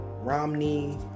Romney